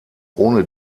ohne